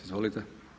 Izvolite.